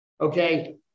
Okay